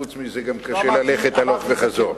חוץ מזה, גם קשה ללכת הלוך וחזור.